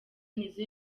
nizzo